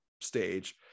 stage